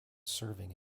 serving